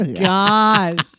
God